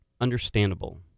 understandable